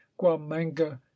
Guamanga